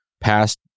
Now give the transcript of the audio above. past